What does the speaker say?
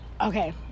Okay